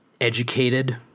educated